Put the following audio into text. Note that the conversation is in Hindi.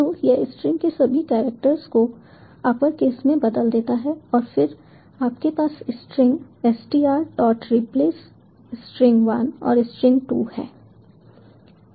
तो यह स्ट्रिंग के सभी कैरेक्टर्स को अप्परकेस में बदल देता है और फिर आपके पास स्ट्रिंग strreplace स्ट्रिंग 1 और स्ट्रिंग 2 है